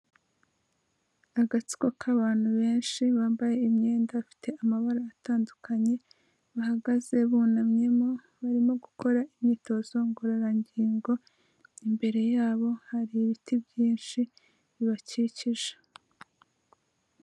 Agatsiko k'abantu benshi bambaye imyenda ifite amabara atandukanye, bahagaze bunamyemo barimo gukora imyitozo ngororangingo, imbere yabo hari ibiti byinshi bibakikije.